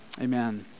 amen